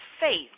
faith